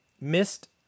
missed